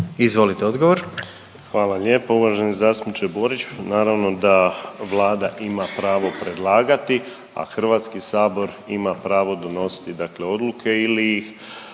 Marin (HDZ)** Hvala lijepo. Uvaženi zastupniče Borić. Naravno da Vlada ima pravo predlagati, a HS ima pravo donositi odluke ili ih